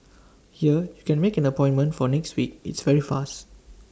here you can make an appointment for next week it's very fast